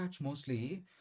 mostly